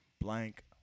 blank